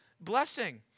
blessing